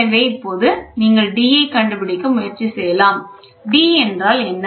எனவே இப்போது நீங்கள் d ஐ கண்டுபிடிக்க முயற்சி செய்யலாம் d என்றால் என்ன